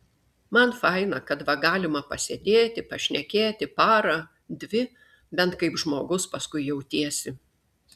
man faina kad va galima pasėdėti pašnekėti parą dvi bent kaip žmogus paskui jautiesi